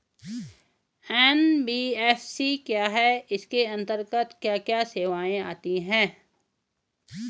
NBFC क्या है इसके अंतर्गत क्या क्या सेवाएँ आती हैं?